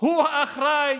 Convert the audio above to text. הוא האחראי,